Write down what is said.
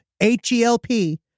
H-E-L-P